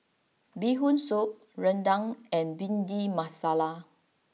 Bee Hoon Soup Rendang and Bhindi Masala